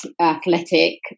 athletic